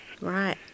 Right